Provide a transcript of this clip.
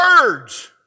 words